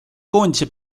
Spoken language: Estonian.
koondise